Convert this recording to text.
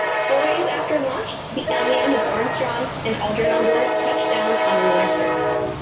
four days after launch, the lem, with armstrong and aldrin onboard, touched down on the lunar surface.